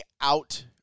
out